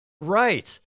Right